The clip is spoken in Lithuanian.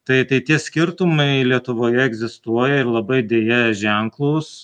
tai tai tie skirtumai lietuvoje egzistuoja ir labai deja ženklūs